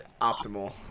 optimal